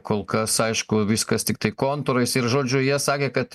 kol kas aišku viskas tiktai kontūrais ir žodžiu jie sakė kad